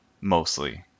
mostly